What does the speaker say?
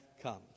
comes